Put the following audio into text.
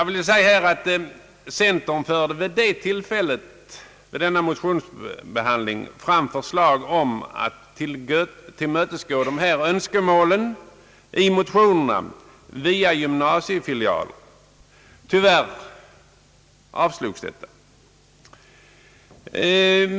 Vid det tillfället framfördes önskemål om att man via gymnasiefilialer skulle tillmötesgå motionärernas förslag. Tyvärr avslogs detta.